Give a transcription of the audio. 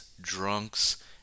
drunks